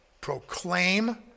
proclaim